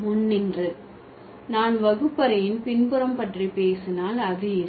முன் நின்று நான் வகுப்பறையின் பின்புறம் பற்றி பேசினால் அது இருக்கும்